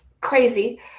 crazy